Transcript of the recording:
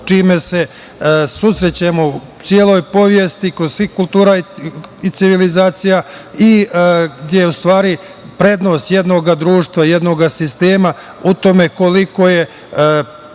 čime se susrećemo u celoj istoriji kod svih kultura i civilizacija i gde je, u stvari, prednost jednog društva, jednog sistema u tome koliko je